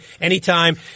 anytime